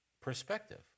perspective